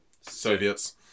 Soviets